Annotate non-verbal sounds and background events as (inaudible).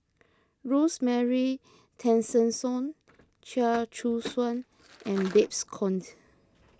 Rosemary Tessensohn (noise) Chia Choo Suan and Babes Conde